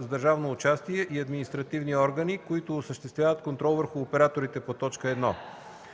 с държавно участие и административни органи, които осъществяват контрол върху операторите по т. 1;